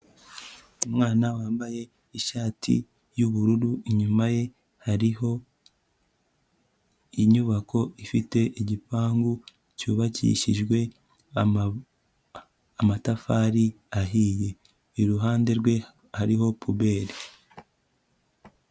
Umwana wambaye ishati y'ubururu, inyuma ye hariho inyubako ifite igipangu cyubakishijwe amatafari ahiye. Iruhande rwe hariho poubelle.